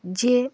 যে